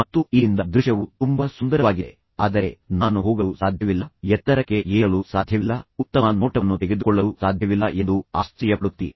ಮತ್ತು ಇಲ್ಲಿಂದ ದೃಶ್ಯವು ತುಂಬಾ ಸುಂದರವಾಗಿದೆ ಆದರೆ ನಾನು ಹೋಗಲು ಸಾಧ್ಯವಿಲ್ಲ ಎತ್ತರಕ್ಕೆ ಏರಲು ಸಾಧ್ಯವಿಲ್ಲ ಎತ್ತರಕ್ಕೆ ತಲುಪಲು ಸಾಧ್ಯವಿಲ್ಲ ಮತ್ತು ನಂತರ ಅದರಿಂದ ಉತ್ತಮ ನೋಟವನ್ನು ತೆಗೆದುಕೊಳ್ಳಲು ಸಾಧ್ಯವಿಲ್ಲ ಎಂದು ನೀವು ಆಶ್ಚರ್ಯ ಪಡುತ್ತೀರಿ